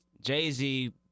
Jay-Z